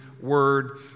Word